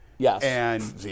Yes